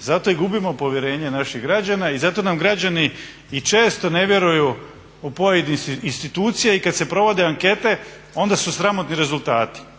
zato i gubimo povjerenje naših građana i zato nam građani i često ne vjeruju u pojedine institucije i kad se provode ankete onda su sramotni rezultati.